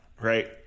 right